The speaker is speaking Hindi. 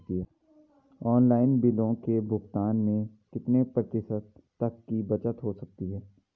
ऑनलाइन बिलों के भुगतान में कितने प्रतिशत तक की बचत हो सकती है?